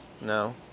No